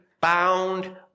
bound